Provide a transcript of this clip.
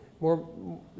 more